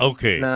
Okay